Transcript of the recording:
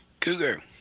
Cougar